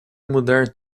mudar